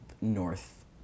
North